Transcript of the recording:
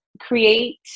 create